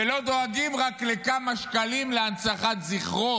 לא היו דואגים רק לכמה שקלים להנצחת זכרו